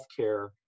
healthcare